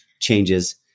changes